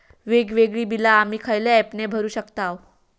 वेगवेगळी बिला आम्ही खयल्या ऍपने भरू शकताव?